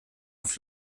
auf